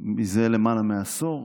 זה למעלה מעשור.